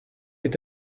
est